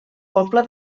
poble